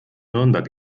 nürnberg